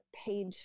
paid